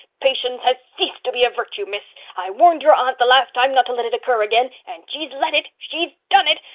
patience has ceased to be a virtue, miss. i warned your aunt the last time not to let it occur again. and she's let it. she's done it.